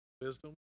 Wisdom